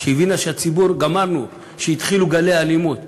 כשהיא הבינה שהציבור, גמרנו, כשהתחילו גלי אלימות.